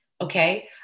Okay